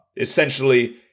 essentially